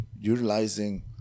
utilizing